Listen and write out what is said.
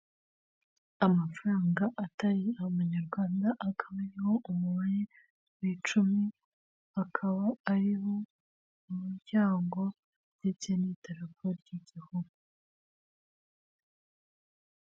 Amafaranga atari amanyarwanda akaba ariho umubare w'icumi, akaba ariho umuryango ndetse n'idarapo ry'igihugu.